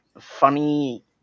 funny